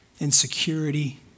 insecurity